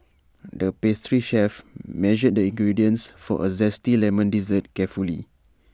the pastry chef measured the ingredients for A Zesty Lemon Dessert carefully